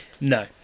No